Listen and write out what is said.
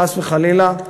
חס וחלילה,